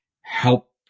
help